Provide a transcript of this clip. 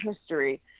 history